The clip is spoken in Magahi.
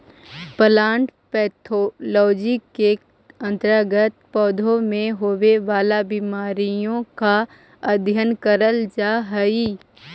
प्लांट पैथोलॉजी के अंतर्गत पौधों में होवे वाला बीमारियों का अध्ययन करल जा हई